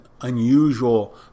unusual